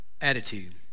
attitude